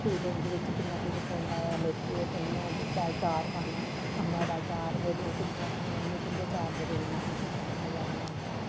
फिर उं'दे बिच्च किन्ना किश पौंदा ऐ मेथरे भुन्नो ते शैल चार पाना अम्बा दा चार मेरियां कुड़ियां आखदियां मम्मी तुं'दे चार दे बिना असेंगी कुसै दा मजा नेईं औंदा ऐ